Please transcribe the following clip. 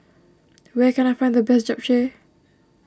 where can I find the best Japchae